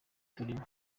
arimo